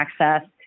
access